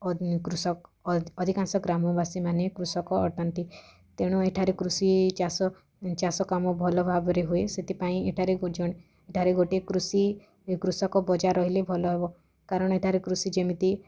ଅନେକ କୃଷକ ଅ ଅଧିକାଂଶ ଗ୍ରାମବାସୀମାନେ କୃଷକ ଅଟନ୍ତି ତେଣୁ ଏଠାରେ କୃଷି ଚାଷ ଚାଷ କାମ ଭଲ ଭାବରେ ହୁଏ ସେଥିପାଇଁ ଏଠାରେ ଜଣେ ଏଠାରେ ଗୋଟିଏ କୃଷି କୃଷକ ବଜାର୍ ରହିଲେ ଭଲ ହେବ କାରଣ ଏଠାରେ କୃଷି ଯେମିତି